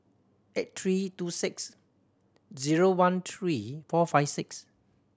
eight three two six zero one three four five six